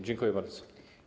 Dziękuję bardzo.